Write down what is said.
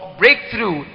breakthrough